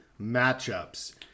matchups